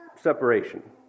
separation